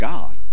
God